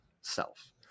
self